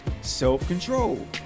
self-control